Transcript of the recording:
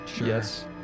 yes